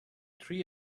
three